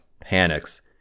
panics